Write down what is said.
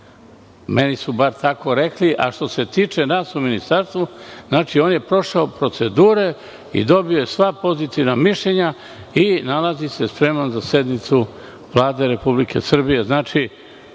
Meni su bar tako rekli. Što se tiče nas u Ministarstvu, on je prošao procedure i dobio je sva pozitivna mišljenja i nalazi se spreman za sednicu Vlade Republike Srbije.